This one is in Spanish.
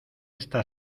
esta